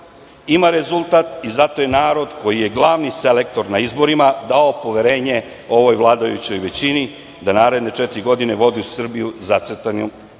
ima rezultat i zato je narod koji je glavni selektor na izborima dao poverenje ovoj vladajućoj većini da naredne četiri godine vodi Srbiju zacrtanim